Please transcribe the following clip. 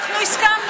אנחנו הסכמנו.